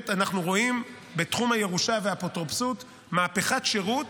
אנחנו רואים בתחום הירושה והאפוטרופסות מהפכת שירות,